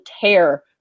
tear